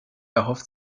erhofft